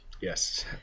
Yes